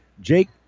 Jake